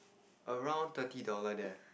around thirty dollar there